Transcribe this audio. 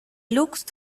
looked